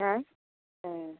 হ্যাঁ হ্যাঁ